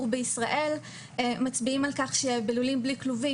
בישראל מצביעים על כך שבלולים בלי כלובים,